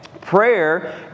prayer